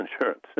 insurance